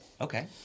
Okay